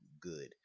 good